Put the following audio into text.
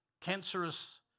cancerous